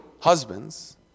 Husbands